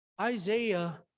Isaiah